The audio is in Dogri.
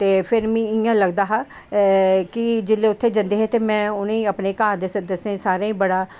ते फिर मिगी इंया लगदा हा ते जेल्लै उत्थें जंदे हे ते में अपने घर दस्से सारें ई जेह्ड़ा ना बड़ा